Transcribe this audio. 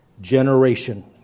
generation